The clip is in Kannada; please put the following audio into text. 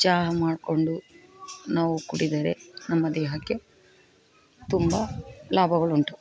ಚಹಾ ಮಾಡಿಕೊಂಡು ನಾವು ಕುಡಿದರೆ ನಮ್ಮ ದೇಹಕ್ಕೆ ತುಂಬ ಲಾಭಗಳುಂಟು